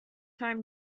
time